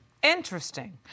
Interesting